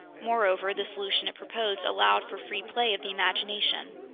moreover, the solution it proposed allowed for free play of the imagination.